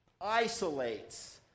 isolates